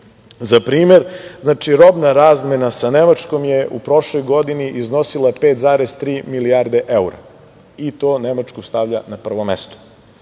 Za primer, znači robna razmena sa Nemačkom je u prošloj godini iznosila 5,3 milijarde eura i to Nemačku stavlja na prvo mesto. Isto